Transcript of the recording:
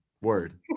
Word